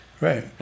Right